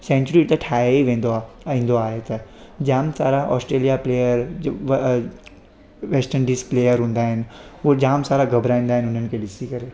sanctuary त ठाहे ई वेंदो आहे ईंदो आहे त जाम सारा ऑस्ट्रेलिया प्लेयर जो वैस्ट इंडीज प्लेयर हूंदा आहिनि उहे जाम सारा घबराईंदा आहिनि हुननि खे ॾिसी करे